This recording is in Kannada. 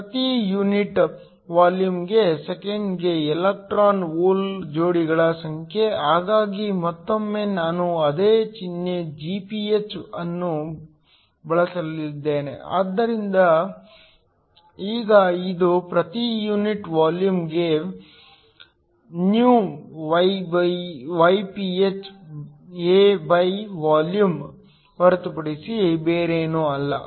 ಪ್ರತಿ ಯೂನಿಟ್ ವಾಲ್ಯೂಮ್ಗೆ ಸೆಕೆಂಡಿಗೆ ಎಲೆಕ್ಟ್ರಾನ್ ಹೋಲ್ ಜೋಡಿಗಳ ಸಂಖ್ಯೆ ಹಾಗಾಗಿ ಮತ್ತೊಮ್ಮೆ ನಾನು ಅದೇ ಚಿಹ್ನೆ Gph ಅನ್ನು ಬಳಸಲಿದ್ದೇನೆ ಆದರೆ ಈಗ ಇದು ಪ್ರತಿ ಯೂನಿಟ್ ವಾಲ್ಯೂಮ್ಗೆ ಹೊರತುಪಡಿಸಿ ಬೇರೇನೂ ಅಲ್ಲ